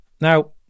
now